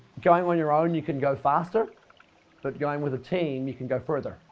going on your own you can go faster, but going with a team, you can go further.